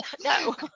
No